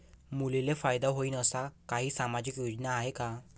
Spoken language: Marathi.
मुलींले फायदा होईन अशा काही सामाजिक योजना हाय का?